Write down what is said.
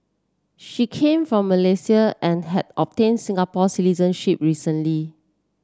she came from Malaysia and had obtained Singapore citizenship recently